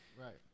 Right